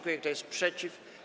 Kto jest przeciw?